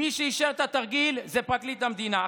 מי שאישר את התרגיל זה פרקליט המדינה.